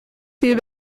viel